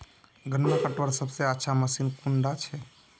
गन्ना कटवार सबसे अच्छा मशीन कुन डा छे?